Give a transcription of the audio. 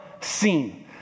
seen